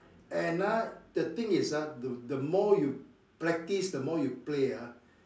and ah the thing is ah the the more you practice the more you play ah